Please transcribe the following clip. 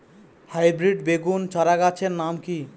Hybrid বেগুন চারাগাছের নাম কি?